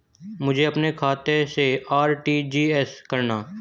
मुझे अपने खाते से आर.टी.जी.एस करना?